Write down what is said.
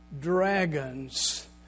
dragons